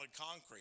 concrete